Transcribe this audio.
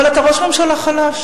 אבל אתה ראש ממשלה חלש,